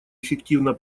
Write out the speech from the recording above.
эффективно